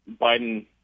Biden